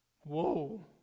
Whoa